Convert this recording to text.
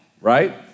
right